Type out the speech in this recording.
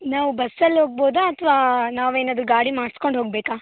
ನಾವು ಬಸ್ಸಲ್ಲಿ ಹೋಗಬಹುದಾ ಅಥವಾ ನಾವೇನಾದರೂ ಗಾಡಿ ಮಾಡಿಸಿಕೊಂಡು ಹೋಗಬೇಕಾ